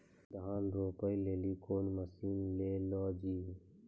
धान रोपे लिली कौन मसीन ले लो जी?